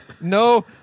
No